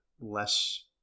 less